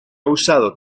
usado